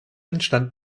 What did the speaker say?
entstanden